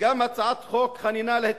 וגם הצעת חוק חנינה, להתנתקות,